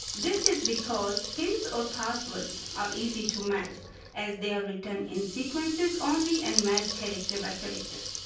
this is because pins or passwords are easy to match as they are written in sequences only and matched character by character,